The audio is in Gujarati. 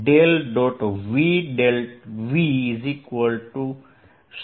v viv